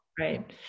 Right